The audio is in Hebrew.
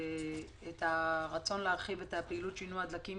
את הרצון להרחיב את הפעילות שינוע דלקים